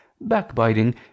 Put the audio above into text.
backbiting